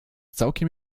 całkiem